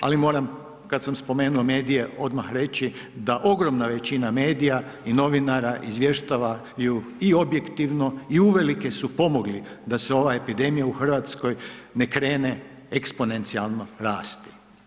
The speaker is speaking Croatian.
Ali moram kad sam spomenuo medije odmah reći da ogromna većina medija i novinara izvještava i objektivno i uvelike su pomogli da se ova epidemija u RH ne krene eksponencijalno rasti.